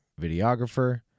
videographer